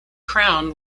crown